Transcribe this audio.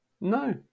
No